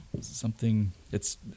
Something—it's